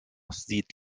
sieht